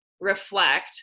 reflect